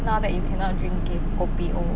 now that you cannot drink k~ kopi O